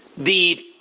the